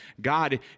God